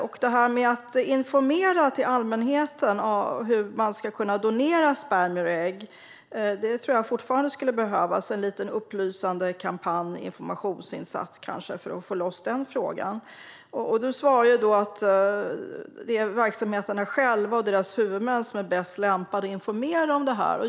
När det gäller att informera allmänheten om hur man ska kunna donera spermier och ägg tror jag fortfarande att det skulle behövas en liten upplysande kampanj eller informationsinsats för att få loss frågan. Ministern svarar att det är verksamheterna själva och deras huvudmän som är bäst lämpade att informera om det här.